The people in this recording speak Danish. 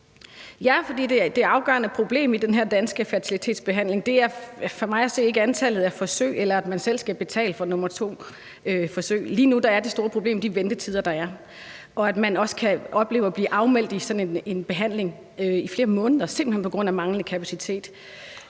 (LA): Det afgørende problem i den her danske fertilitetsbehandling er for mig at se ikke antallet af forsøg, eller at man selv skal betale for forsøg nummer to. Lige nu er det store problem de ventetider, der er, og at man også kan opleve at blive afmeldt sådan en behandling i flere måneder simpelt hen på grund af manglende kapacitet.